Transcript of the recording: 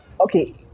Okay